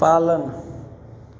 पालन